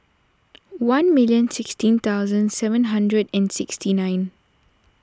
one million sixteen thousand seven hundred and sixty nine